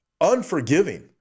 unforgiving